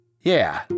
Yeah